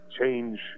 change